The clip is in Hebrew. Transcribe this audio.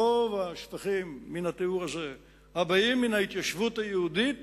רוב השפכים מן הטיהור הזה הבאים מן ההתיישבות היהודית